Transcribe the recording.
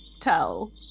tell